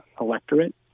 electorate